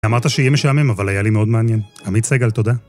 ‫אמרת שיהיה משעמם, ‫אבל היה לי מאוד מעניין. ‫עמית סגל, תודה.